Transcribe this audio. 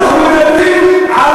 ולקרוא להם לוחמי חופש זה לא לעניין.